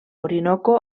orinoco